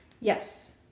Yes